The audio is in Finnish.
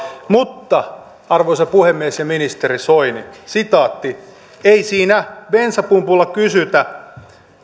mutta arvoisa puhemies ja ministeri soini sitaatti ei siinä bensapumpulla kysytä